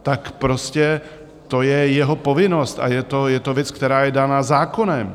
To prostě je jeho povinnost a je to věc, která je daná zákonem.